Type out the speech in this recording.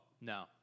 no